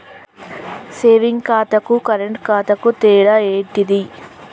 Saving ఖాతాకు current ఖాతాకు తేడా ఏంటిది?